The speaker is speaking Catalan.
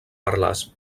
parlars